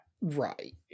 Right